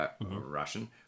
Russian